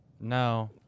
No